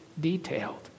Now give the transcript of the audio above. detailed